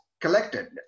collected